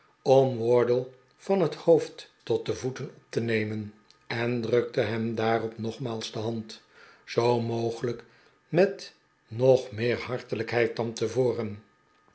om wardle van het hoofd tot de voeten op te nemen en drukte hem daarop nogmaals de hand zoo mogelijk met nog meer hartelijkheid dan tevoren